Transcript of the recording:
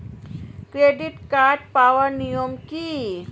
Credit card পাওয়ার নিয়ম কী?